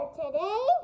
today